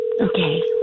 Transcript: Okay